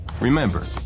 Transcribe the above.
Remember